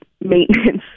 maintenance